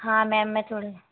हाँ मैम मैं थोड़ी